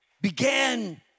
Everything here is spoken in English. began